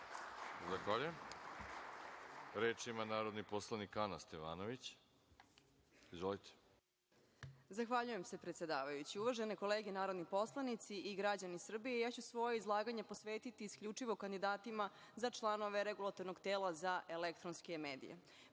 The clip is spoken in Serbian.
Zahvaljujem. Reč ima narodni poslanik Ana Stevanović. Izvolite. **Ana Stevanović** Zahvaljujem se, predsedavajući. Uvažene kolege narodni poslanici i građani Srbije, ja ću svoje izlaganje posvetiti isključivo kandidatima za članove Regulatornog tela za elektronske medije. Prema